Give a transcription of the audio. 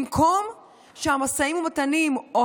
במקום שהמשאים ומתנים או